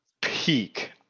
peak